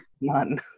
none